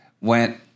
went